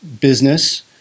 business